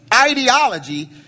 ideology